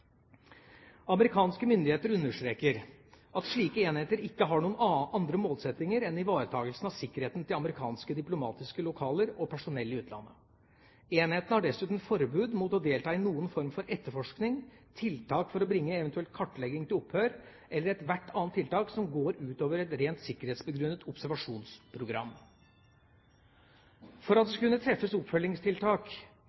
Amerikanske myndigheter understreker at slike enheter ikke har noen andre målsettinger enn ivaretakelsen av sikkerheten til amerikanske diplomatiske lokaler og personell i utlandet. Enhetene har desstuen forbud mot å delta i noen form for etterforskning, tiltak for å bringe eventuell kartlegging til opphør eller ethvert annet tiltak som går utover et rent sikkerhetsbegrunnet observasjonsprogram. For at det